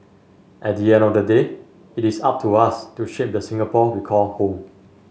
at the end of the day it is up to us to shape the Singapore we call home